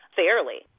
fairly